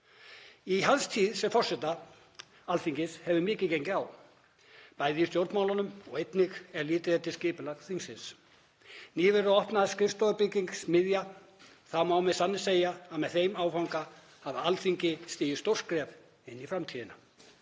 Í hans tíð sem forseti Alþingis hefur mikið gengið á, bæði í stjórnmálunum og einnig ef litið er til skipulags þingsins. Nýverið opnaði skrifstofubyggingin Smiðja og það má með sanni segja að með þeim áfanga hafi Alþingi stigið stórt skref inn í framtíðina.